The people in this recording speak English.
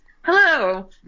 Hello